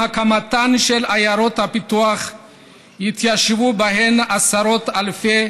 עם הקמתן של עיירות הפיתוח התיישבו בהן עשרות אלפי